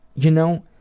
you know,